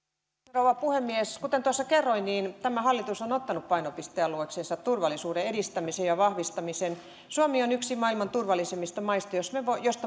rouva puhemies kuten tuossa kerroin tämä hallitus on ottanut painopistealueeksensa turvallisuuden edistämisen ja vahvistamisen suomi on yksi maailman turvallisimmista maista mistä